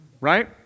right